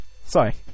Sorry